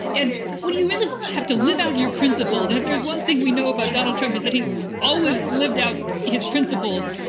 and what do you really have to live out your principles? and if there's one thing we know about donald trump is that he's always lived out his principles.